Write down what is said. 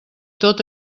tot